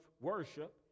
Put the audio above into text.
worship